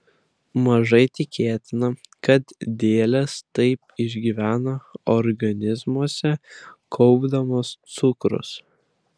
mažai tikėtina kad dėlės taip išgyvena organizmuose kaupdamos cukrus